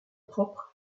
propre